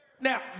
Now